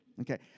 Okay